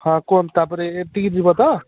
ହଁ କୁହନ୍ତୁ ତା'ପରେ ଏତିକି ଯିବ ତ